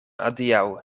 adiaŭ